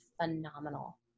phenomenal